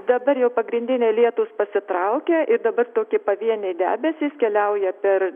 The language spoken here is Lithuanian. dabar jau pagrindiniai lietūs pasitraukia ir dabar toki pavieniai debesys keliauja per